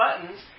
buttons